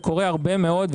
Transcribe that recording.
זה קורה הרבה מאוד,